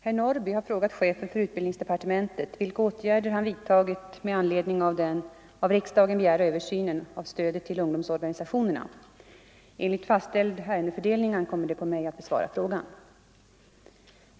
Herr talman! Herr Norrby har frågat chefen för utbildningsdepartementet vilka åtgärder han vidtagit med anledning av den av riksdagen begärda översynen av stödet till ungdomsorganisationerna. Enligt fastställd ärendefördelning ankommer det på mig att besvara frågan.